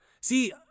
See